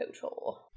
total